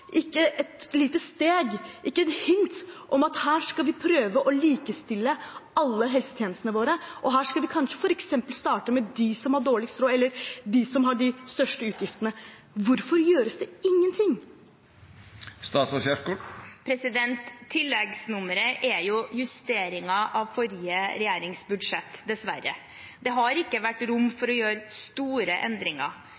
ikke et lite steg, ikke et hint om at her skal vi prøve å likestille alle helsetjenestene våre, og her skal vi f.eks. starte med dem som har dårligst råd, eller dem som har de største utgiftene. Hvorfor gjøres det ingenting? Tilleggsproposisjonen er en justering av den forrige regjeringens budsjett – dessverre. Det har ikke vært rom for